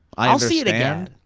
i'll see it again.